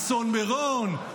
אסון מירון,